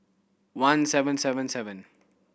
one seven seven seven